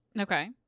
Okay